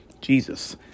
Jesus